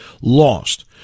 lost